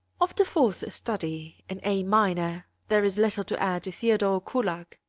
of the fourth study in a minor there is little to add to theodor kullak,